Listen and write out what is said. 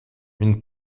une